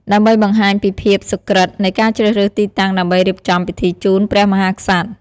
ដើម្បីបង្ហាញពីភាពសុក្រឹត នៃការជ្រើសរើសទីតាំងដើម្បីរៀបចំពិធីជូន ព្រះមហាក្សត្រ។